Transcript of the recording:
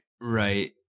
Right